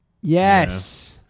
Yes